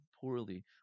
poorly